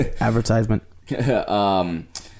advertisement